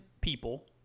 people